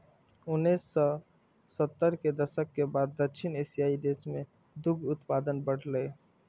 उन्नैस सय सत्तर के दशक के बाद दक्षिण एशियाइ देश मे दुग्ध उत्पादन बढ़लैए